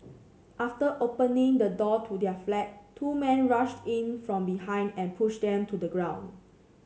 after opening the door to their flat two men rushed in from behind and pushed them to the ground